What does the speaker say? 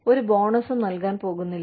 ഞങ്ങൾ ഒരു ബോണസും നൽകാൻ പോകുന്നില്ല